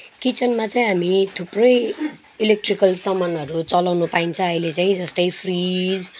किचनमा चाहिँ हामी थुप्रै इलेक्ट्रिकल सामानहरू चलाउन पाइन्छ आहिले चाहिँ जस्तै फ्रिज